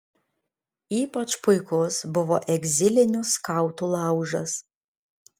ypač puikus buvo egzilinių skautų laužas